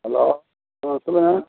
hello ஆ சொல்லுங்க